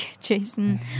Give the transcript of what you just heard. Jason